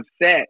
upset